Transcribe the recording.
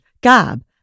Gab